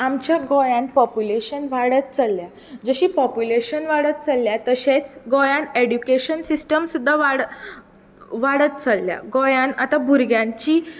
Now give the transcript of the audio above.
आमच्या गोंयांत पोप्युलॅशन वाडत चल्ल्या जशें पोप्युलॅशन वाडत चल्ल्या तशेंच गोंयांत एज्युकॅशन सिस्टम सुद्दां वाड वाडत जल्ल्या गोंयांत आतां भुरग्यांची